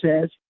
says